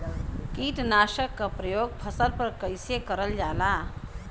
कीटनाशक क प्रयोग फसल पर कइसे करल जाला?